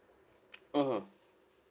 mmhmm